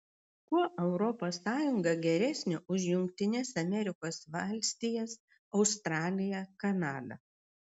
kuo europos sąjunga geresnė už jungtines amerikos valstijas australiją kanadą